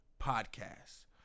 podcast